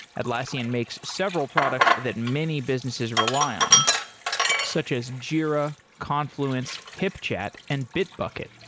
atlassian makes several products that many businesses rely on such as jira, confluence, hipchat and bitbucket.